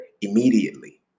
immediately